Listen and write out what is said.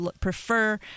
prefer